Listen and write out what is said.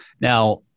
Now